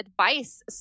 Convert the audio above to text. advice